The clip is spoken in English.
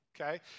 okay